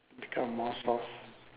become more soft